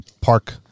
park